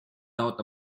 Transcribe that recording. doubt